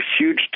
huge